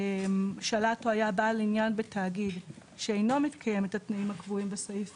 שלט או היה בעל עניין בתאגיד שאינו מקיים את התנאים הקבועים בסעיף